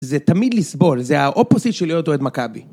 זה תמיד לסבול, זה האופוזיט של להיות אוהד מכבי.